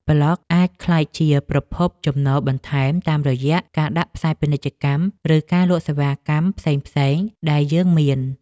ប្លក់អាចក្លាយជាប្រភពចំណូលបន្ថែមតាមរយៈការដាក់ផ្សាយពាណិជ្ជកម្ម ឬការលក់សេវាកម្មផ្សេងៗដែលយើងមាន។